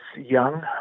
young